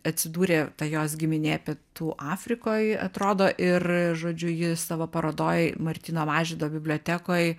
atsidūrė ta jos giminė pietų afrikoj atrodo ir žodžiu ji savo parodoj martyno mažvydo bibliotekoj